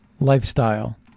lifestyle